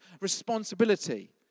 responsibility